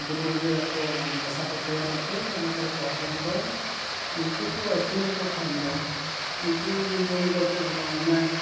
ᱵᱩᱨᱩ ᱨᱮᱜᱮ ᱟᱠᱚ ᱚᱱᱟ ᱵᱟᱥᱟ ᱠᱚ ᱛᱮᱭᱟᱨ ᱠᱟᱛᱮᱫ ᱚᱱᱟ ᱠᱚᱨᱮ ᱠᱚ ᱦᱚᱯᱚᱱ ᱠᱚᱣᱟ ᱩᱱᱠᱩ ᱠᱚ ᱟᱹᱥᱩᱞ ᱞᱮᱠᱚ ᱠᱷᱟᱱ ᱫᱚ ᱩᱱᱠᱩ ᱫᱚ ᱡᱚᱢ ᱫᱚ ᱪᱮᱫ ᱦᱚᱸ ᱵᱟᱝ ᱚᱱᱮ